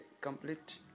complete